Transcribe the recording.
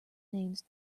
names